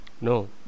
No